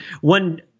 one